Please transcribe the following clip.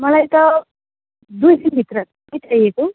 मलाई त दुई दिनभित्रमै चाहिएको